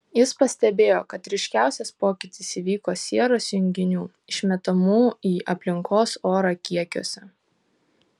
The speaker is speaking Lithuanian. jis pastebėjo kad ryškiausias pokytis įvyko sieros junginių išmetamų į aplinkos orą kiekiuose